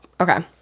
okay